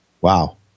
Wow